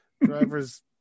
drivers